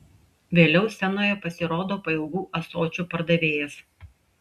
vėliau scenoje pasirodo pailgų ąsočių pardavėjas